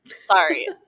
Sorry